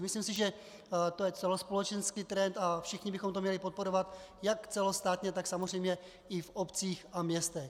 Myslím si, že to je celospolečenský trend, a všichni bychom to měli podporovat jak celostátně, tak samozřejmě i v obcích a městech.